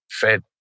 Fed